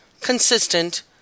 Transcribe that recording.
consistent